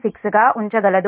6 గా ఉంచగలదు